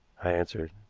i answered.